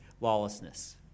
lawlessness